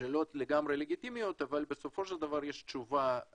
שאלות לגמרי לגיטימיות אבל בסופו של דבר יש תשובה.